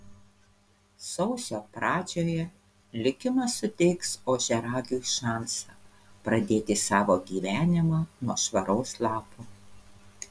sausio pradžioje likimas suteiks ožiaragiui šansą pradėti savo gyvenimą nuo švaraus lapo